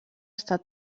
estat